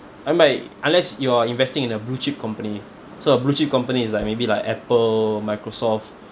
I mean by unless you're investing in a blue chip company so a blue chip company is like maybe like apple microsoft